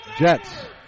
Jets